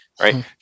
right